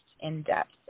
in-depth